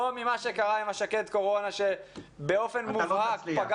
לא ממה שקרה עם השקד קורונה שבאופן מובהק פגע